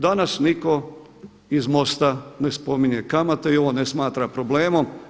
Danas nitko iz MOST-a ne spominje kamate i ovo ne smatra problemom.